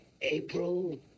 April